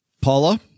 Paula